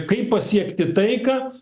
kaip pasiekti taiką